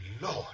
Lord